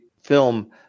film